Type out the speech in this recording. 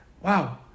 wow